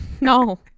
No